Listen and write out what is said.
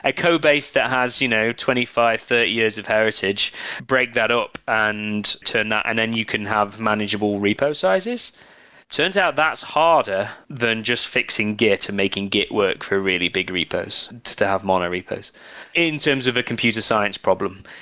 a code base that has you know twenty five, thirty years of heritage break that up and turn that, and then you can have manageable repo sizes. it turns out that's harder than just fixing git to making git work for really big repos, to have mono repos in terms of a computer science problem,